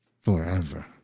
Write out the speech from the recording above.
forever